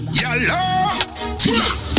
yellow